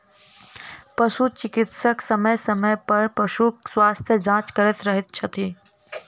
पशु चिकित्सक समय समय पर पशुक स्वास्थ्य जाँच करैत रहैत छथि